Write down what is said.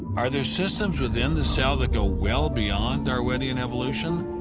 are there systems within the cell that go well beyond darwinian evolution,